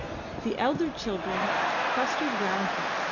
the elder children clustered round her,